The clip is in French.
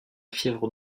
fièvre